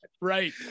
Right